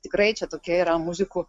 tikrai čia tokia yra muzikų